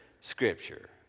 scripture